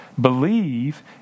Believe